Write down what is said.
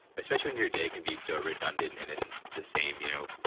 especially in your day can be so redundant and in the same, you know,